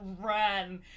ran